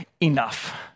Enough